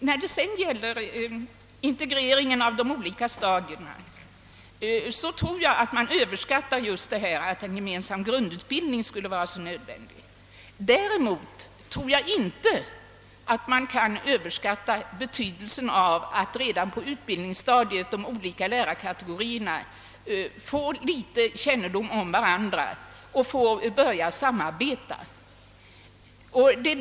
Vad sedan beträffar integreringen av de olika stadierna tror jag att man överskattar nödvändigheten av en gemensam grundutbildning. Däremot tror jag inte att man kan överskatta betydelsen av att de olika lärarkategorierna redan på utbildningsstadiet får litet kännedom om varandra och får börja samarbeta.